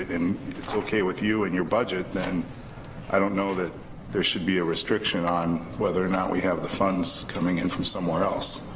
it's okay with you and your budget then i don't know that there should be a restriction on whether or not we have the funds coming in from somewhere else.